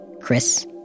Chris